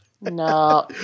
No